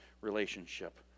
relationship